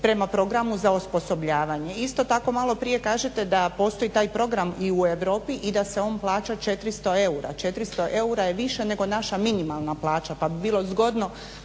prema programu za osposobljavanje. Isto tako malo prije kažete da postoji taj program u Europi i da se on plaća 400 eura. 400 eura je više nego naša minimalna plaća pa bi bilo zgodno